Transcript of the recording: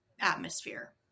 atmosphere